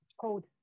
cold